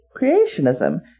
Creationism